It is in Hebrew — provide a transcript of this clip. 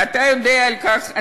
ואתה יודע על כך,